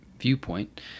viewpoint